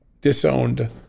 disowned